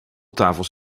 tafels